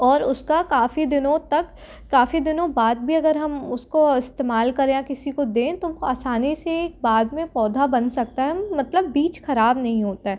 और उसका काफ़ी दिनों तक काफ़ी दिनों बाद भी अगर हम उसको इस्तेमाल करें या किसी को दें तो आसानी से बाद में पौधा बन सकता है मतलब बीज ख़राब नहीं होता है